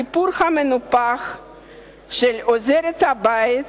הסיפור המנופח של עוזרת הבית